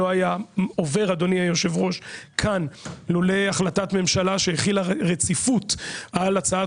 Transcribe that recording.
לא היה עובר אדוני היושב ראש כאן לולא החלטת ממשלה שהכילה רציפות על הצעת